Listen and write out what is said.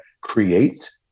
create